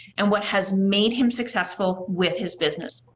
and what has made him successful with his business.